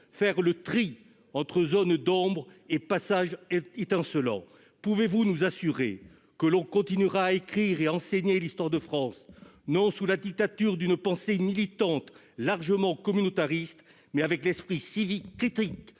faire le tri entre zones d'ombre et passages étincelants au gré des émotions du moment ? Pouvez-vous nous assurer que l'on continuera à écrire et à enseigner l'histoire de France, non sous la dictature d'une pensée militante et largement communautariste, mais avec l'esprit civique et critique